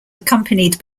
accompanied